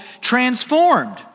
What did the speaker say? transformed